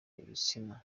ibitsina